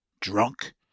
Drunk